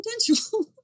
potential